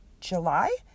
July